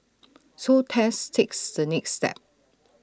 so Tess takes the next step